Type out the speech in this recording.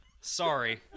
Sorry